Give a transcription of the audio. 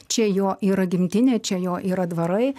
čia jo yra gimtinė čia jo yra dvarai